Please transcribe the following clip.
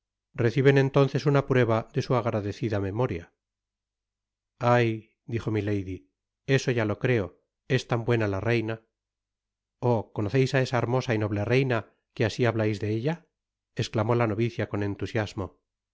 reciben entonces una prueba de su agradecida memoria ayl dijo milady eso ya lo creo es tan buena la reina oh conoceis á esa hermosa y noble reina que asi hablais de ella esclamó la novicia con entusiasmo